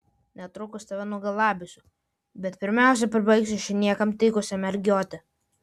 netrukus tave nugalabysiu bet pirmiausia pribaigsiu šią niekam tikusią mergiotę